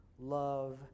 love